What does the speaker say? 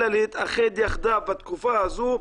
אלא להתאחד יחדיו בתקופה הזו,